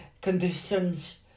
conditions